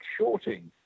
shorting